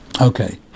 Okay